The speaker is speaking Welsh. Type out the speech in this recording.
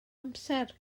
amser